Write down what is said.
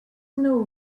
know